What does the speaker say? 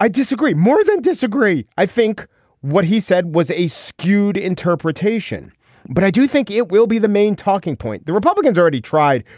i disagree more than disagree. i think what he said was a skewed interpretation but i do think it will be the main talking point. the republicans already tried.